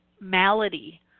malady